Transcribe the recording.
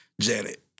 Janet